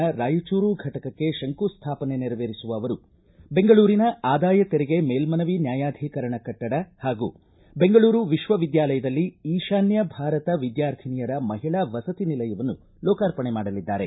ನ ರಾಯಚೂರು ಫಟಕಕ್ಕೆ ಶಂಕುಸ್ಟಾಪನೆ ನೆರವೇರಿಸುವ ಅವರು ಬೆಂಗಳೂರಿನ ಆದಾಯ ತೆರಿಗೆ ಮೇಲ್ಮನವಿ ನ್ಯಾಯಾಧಿಕರಣ ಕಟ್ಟಡ ಹಾಗೂ ಬೆಂಗಳೂರು ವಿಶ್ವವಿದ್ದಾಲಯದಲ್ಲಿ ಈಶಾನ್ಯ ಭಾರತ ವಿದ್ವಾರ್ಥಿನಿಯರ ಮಹಿಳಾ ವಸತಿ ನಿಲಯವನ್ನು ಲೋಕಾರ್ಪಣೆ ಮಾಡಲಿದ್ದಾರೆ